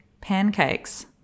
pancakes